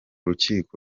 rukiko